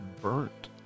burnt